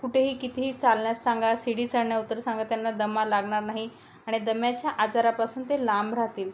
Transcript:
कुठेही कितीही चालण्यास सांगा शिडी चढण्या उत्तर सांगा त्यांना दमा लागणार नाही आणि दम्याच्या आजारापासून ते लांब राहतील